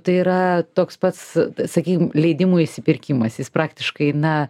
tai yra toks pats sakykim leidimų išsipirkimas jis praktiškai na